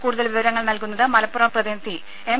കൂടുതൽ വിവരങ്ങൾ നൽകുന്നത് മലപ്പുറം പ്രതിനിധി എം